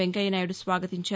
Venkaiah Naidu స్వాగతించారు